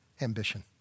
ambition